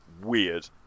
weird